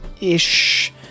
ish